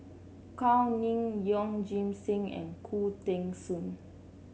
Gao Ning Yeoh Ghim Seng and Khoo Teng Soon